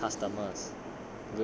ya then I got more customers